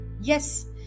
Yes